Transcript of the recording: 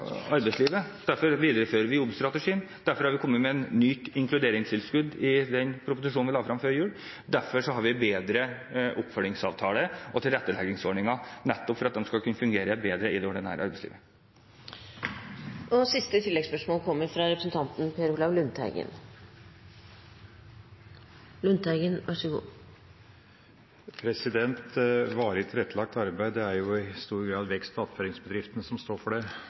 arbeidslivet. Derfor viderefører vi jobbstrategien, derfor har vi kommet med et nytt inkluderingstilskudd i den proposisjonen som vi la frem før jul, og derfor har vi bedre oppfølgingsavtaler og tilretteleggingsordninger nettopp for at de skal kunne fungere bedre i det ordinære arbeidslivet. Per Olaf Lundteigen – til siste oppfølgingsspørsmål. Varig tilrettelagt arbeid er det i stor grad vekst- og attføringsbedriftene som står for. Det